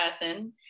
person